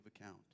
account